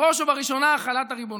בראש ובראשונה, החלת הריבונות,